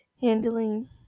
handling